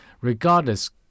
Regardless